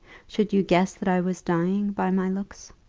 should you guess that i was dying, by my looks?